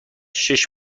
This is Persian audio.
شیش